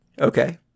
Okay